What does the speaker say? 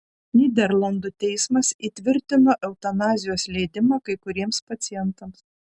nyderlandų teismas įtvirtino eutanazijos leidimą kai kuriems pacientams